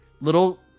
little